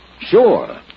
Sure